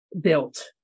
built